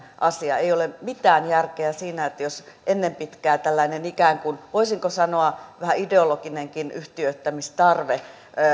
asia ei ole mitään järkeä siinä jos ennen pitkää tällainen ikään kuin voisiko sanoa vähän ideologinenkin yhtiöittämistarve